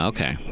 Okay